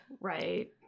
Right